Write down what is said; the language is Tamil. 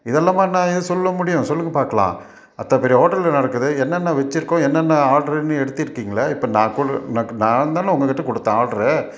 இதெல்லாமா நான் ஏன் சொல்ல முடியும் சொல்லுங்க பாக்கலாம் அத்தனை பெரிய ஹோட்டல் நடக்குது என்னென்ன வெச்சுருக்கோம் என்னென்ன ஆட்ருன்னு எடுத்துருக்கீங்களே இப்போ நான் கொடு நான் நாந்தானே உங்கள்கிட்ட கொடுத்தேன் ஆட்ரு